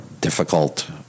difficult